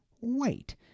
Wait